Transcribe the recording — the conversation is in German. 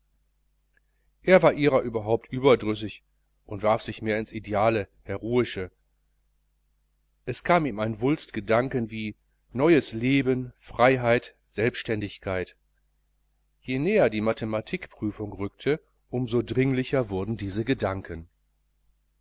er war ihrer überhaupt überdrüssig und warf sich mehr ins ideale heroische es kam ihm ein wulst gedanken wie neues leben freiheit selbständigkeit je näher die mathematiknachprüfung rückte um so dringlicher wurden diese gedanken